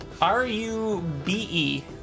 R-U-B-E